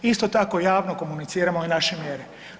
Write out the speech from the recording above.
Isto tako javno komuniciramo i naše mjere.